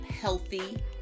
Healthy